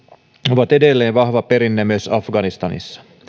ovat edelleen vahva perinne myös afganistanissa